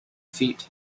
feat